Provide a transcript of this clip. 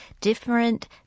different